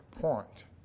point